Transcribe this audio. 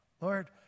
Lord